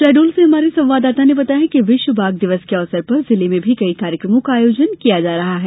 शहडोल से हमारे संवाददाता ने बताया है कि विश्व बाघ दिवस के अवसर पर जिले में भी कई कार्यक्रमों का आयोजन किया जा रहा है